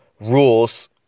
rules